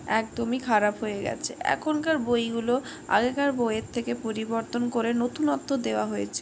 একদমই খারাপ হয়ে গিয়েছে এখনকার বইগুলো আগেকার বইয়ের থেকে পরিবর্তন করে নতুনত্ব দেওয়া হয়েছে